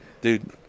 Dude